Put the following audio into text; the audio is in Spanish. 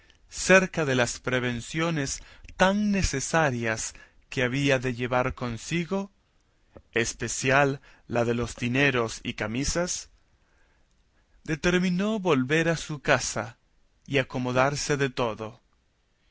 cerca de las prevenciones tan necesarias que había de llevar consigo especial la de los dineros y camisas determinó volver a su casa y acomodarse de